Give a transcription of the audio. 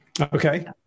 Okay